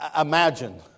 Imagine